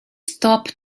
stop